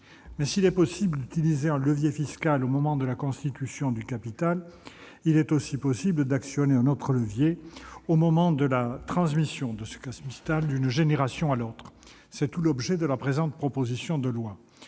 Mais s'il est possible d'utiliser un levier fiscal au moment de la constitution du capital, il est également possible d'actionner un autre levier au moment de la transmission de ce capital d'une génération à l'autre : c'est tout l'objet de cette proposition de loi.